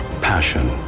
passion